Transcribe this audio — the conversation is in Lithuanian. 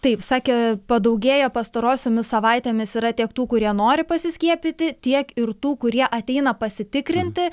taip sakė padaugėjo pastarosiomis savaitėmis yra tiek tų kurie nori pasiskiepyti tiek ir tų kurie ateina pasitikrinti